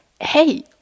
hey